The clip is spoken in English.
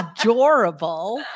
adorable